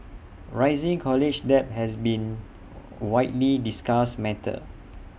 rising college debt has been widely discussed matter